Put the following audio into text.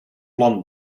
plan